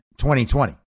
2020